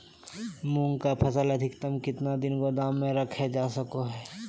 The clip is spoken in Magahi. मूंग की फसल अधिकतम कितना दिन गोदाम में रखे जा सको हय?